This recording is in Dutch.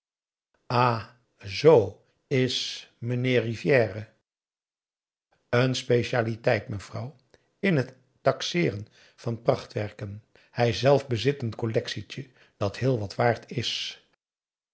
zoo is meneer rivière n specialiteit mevrouw in het taxeeren van prachtwerken hij zelf bezit een collectietje dat heel wat waard is